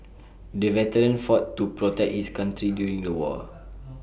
the veteran fought to protect his country during the war